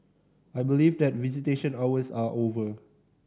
I believe that visitation hours are over